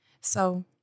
So-